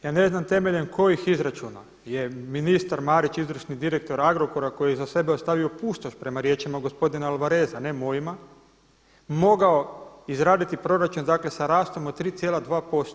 Ja ne znam temeljem kojih izračuna je ministar Marić izvršni direktor Agrokora koji je iza sebe ostavio pustoš prema riječima gospodina Alvareza ne mojima mogao izraditi proračun sa rastom od 3,2%